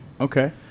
okay